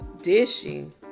dishing